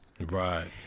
Right